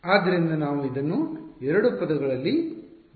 ಆದ್ದರಿಂದ ನಾವು ಅದನ್ನು ಎರಡು ಪದಗಳಲ್ಲಿ ಬರೆಯಬಹುದು